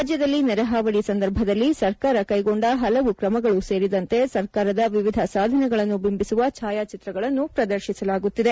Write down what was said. ರಾಜ್ಯದಲ್ಲಿ ನೆರೆಹಾವಳಿ ಸಂದರ್ಭದಲ್ಲಿ ಸರ್ಕಾರ ಕೈಗೊಂಡ ಹಲವು ತ್ರಮಗಳು ಸೇರಿ ದಂತೆ ಸರ್ಕಾರದ ವಿವಿಧ ಸಾಧನೆಗಳನ್ನು ಬಿಂಬಿಸುವ ಛಾಯಾಚಿತ್ರಗಳನ್ನು ಪ್ರದರ್ಶಿಸಲಾಗುತ್ತಿದೆ